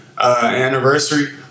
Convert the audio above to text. anniversary